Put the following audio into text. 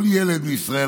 כל ילד מישראל,